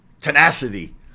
tenacity